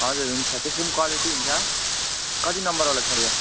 हजुर हुन्छ त्यसको पनि क्वालिटी हुन्छ कति नम्बरवाला चाहियो